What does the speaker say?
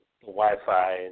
Wi-Fi